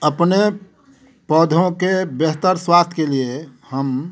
अपने पौधों के बेहतर स्वास्थ्य के लिए हम